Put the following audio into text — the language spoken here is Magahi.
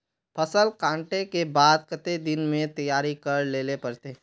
फसल कांटे के बाद कते दिन में तैयारी कर लेले पड़ते?